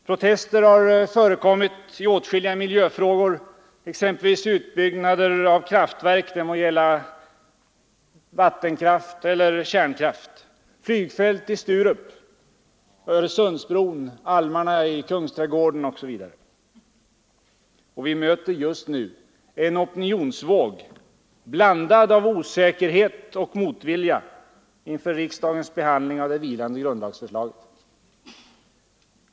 Protester har förekommit i åtskilliga miljöfrågor — exempelvis utbyggnad av kraftverk, det må gälla vattenkraft eller kärnkraft, flygfält i Sturup, Öresundsbron, almarna i Kungsträdgården osv. Vi möter just nu en opinionsvåg — blandad av osäkerhet och motvilja — inför riksdagens behandling av det vilande grundlagsförslaget.